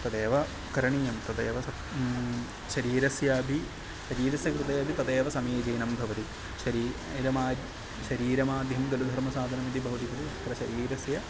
तदेव करणीयं तदेव स शरीरस्यापि शरीरस्य कृते अपि तदेव समीचीनं भवति शरीरमा शरीरमाध्यं खलु धर्मसाधनमिति भवति खलु तत्र शरीरस्य